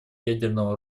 ядерного